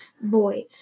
boy